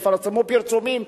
יפרסמו פרסומים.